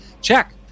check